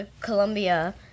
Colombia